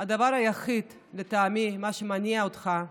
הדבר היחיד, לטעמי, שמניע אותך,